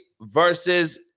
versus